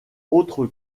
autres